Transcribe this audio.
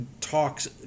talks